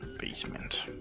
basement.